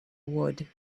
wood